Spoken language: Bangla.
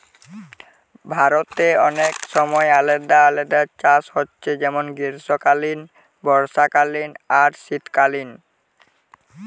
ভারতে অনেক সময় আলাদা আলাদা চাষ হচ্ছে যেমন গ্রীষ্মকালীন, বর্ষাকালীন আর শীতকালীন